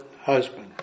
husband